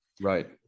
Right